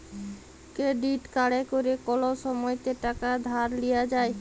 credit কাড়ে ক্যরে কল সময়তে টাকা ধার লিয়া যায়